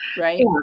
Right